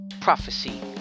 prophecy